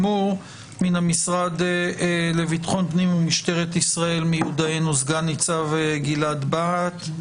מהמשרד לביטחון פנים ומשטרת ישראל מיודענו סנ"צ גלעד בהט,